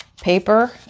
paper